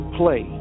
play